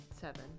seven